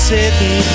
Sitting